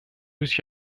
use